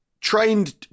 trained